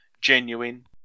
genuine